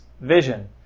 vision